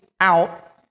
out